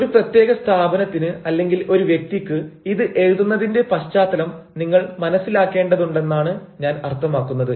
നിങ്ങൾ ഒരു പ്രത്യേക സ്ഥാപനത്തിന് അല്ലെങ്കിൽ ഒരു വ്യക്തിക്ക് ഇത് എഴുതുന്നതിന്റെ പശ്ചാത്തലം നിങ്ങൾ മനസ്സിലാക്കേണ്ടതുണ്ടെന്നാണ് ഞാൻ അർത്ഥമാക്കുന്നത്